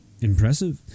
Impressive